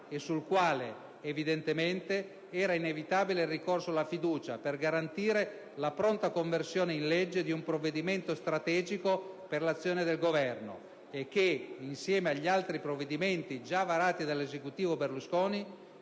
e sul quale era inevitabile il ricorso alla fiducia per garantirne la pronta conversione in legge. È un provvedimento strategico per l'azione del Governo che, insieme agli altri già varati dall'Esecutivo Berlusconi,